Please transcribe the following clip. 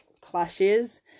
clashes